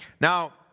Now